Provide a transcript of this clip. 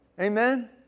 Amen